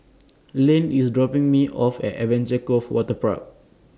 Lane IS dropping Me off At Adventure Cove Waterpark